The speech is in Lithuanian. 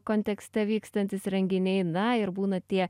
kontekste vykstantys renginiai na ir būna tie